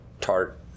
tart